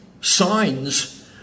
signs